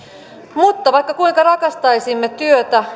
mutta vaikka kuinka rakastaisimme työtä